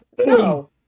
No